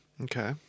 Okay